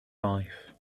life